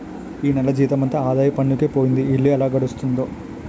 ఈ నెల జీతమంతా ఆదాయ పన్నుకే పోయింది ఇల్లు ఎలా గడుస్తుందో